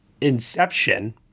Inception